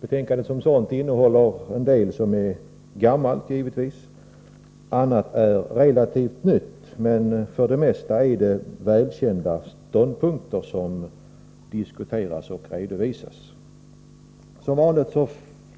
Betänkandet som sådant innehåller givetvis en del som är gammalt — annat är relativt nytt, men för det mesta är det väl kända ståndpunkter som diskuteras och redovisas. Som vanligt